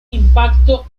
impacto